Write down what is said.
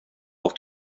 auf